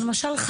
למשל,